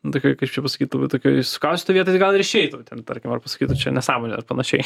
tokioj kaip čia pasakyt va tokioj sukaustytoj vietoj tai gal ir išeitų ten tarkim ar pasakytų čia nesąmonė ar panašiai